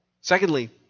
Secondly